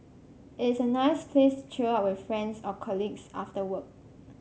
it's a nice place to chill out with friends or colleagues after work